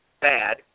bad